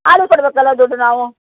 ಆಳ್ಗೆ ಕೊಡಬೇಕಲ್ಲ ದುಡ್ಡು ನಾವು